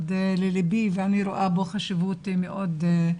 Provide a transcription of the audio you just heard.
לליבי ואני רואה בו חשיבות מאוד גדולה.